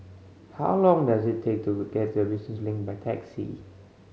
how long does it take to get to Business Link by taxi